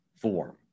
form